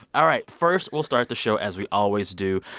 all right. first we'll start the show as we always do.